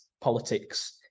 politics